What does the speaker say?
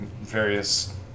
various